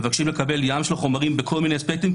מבקשים לקבל ים של חומרים בכל מיני אספקטים,